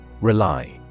Rely